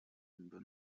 mba